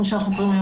כמו שאנחנו קוראים,